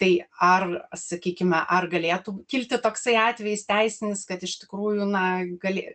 tai ar sakykime ar galėtų kilti toksai atvejis teisinis kad iš tikrųjų na galė